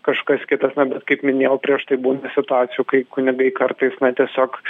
kažkas kitas na bet kaip minėjau prieš tai būna situacijų kai kunigai kartais na tiesiog